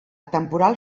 temporal